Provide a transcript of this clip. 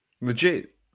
Legit